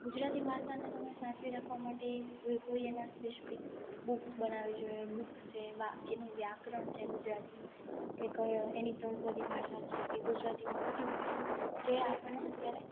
ગુજરાતી ભાષાને તમે સાચવી રાખવા માટે કોઈ એના સ્પેશિફિક બુક્સ બનાવી જોઈએ બુક્સ છે એનું વ્યાકરણ છે ગુજરાતીનું કે કયો એની તળપદી ભાષા છે કે ગુજરાતીમાં બધી વસ્તુ જે આપણને અત્યારે